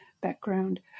background